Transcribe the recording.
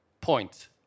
Point